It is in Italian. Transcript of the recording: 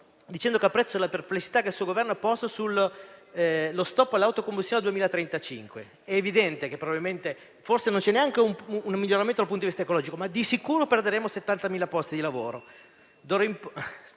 grandi. Apprezzo la perplessità che il Governo ha posto sullo stop alle auto a combustione al 2035. È evidente che forse non c'è neanche un miglioramento dal punto di vista ecologico, ma di sicuro perderemo 70.000 posti di lavoro. Signor